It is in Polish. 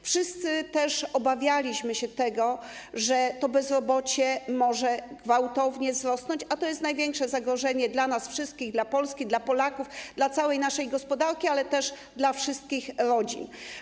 Wszyscy obawialiśmy się tego, że bezrobocie może gwałtownie wzrosnąć, a to jest największe zagrożenie dla nas wszystkich, dla Polski, dla Polaków, dla całej naszej gospodarki, ale też dla wszystkich rodzin.